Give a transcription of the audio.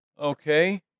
okay